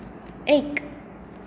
एक